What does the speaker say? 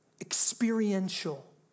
experiential